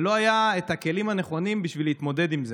ולא היו הכלים הנכונים בשביל להתמודד עם זה.